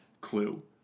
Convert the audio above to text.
Clue